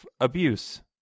abuse